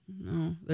No